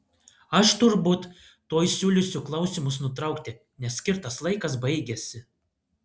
aš turbūt tuoj siūlysiu klausimus nutraukti nes skirtas laikas baigiasi